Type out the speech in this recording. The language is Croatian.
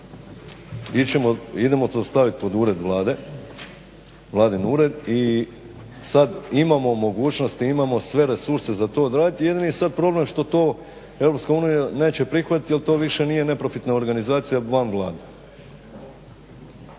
idemo to stavit pod ured Vlade, vladin ured i sad imamo mogućnost i imamo sve resurse za to odraditi, jedini je sad problem što to Europska unija neće prihvatiti jer to više nije neprofitna organizacija van Vlade.